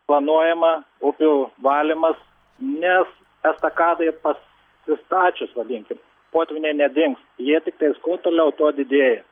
planuojama upių valymas nes estakadai pas sistačius vadinkim potvyniai nedings jie tiktais kuo toliau tuo didėja